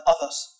others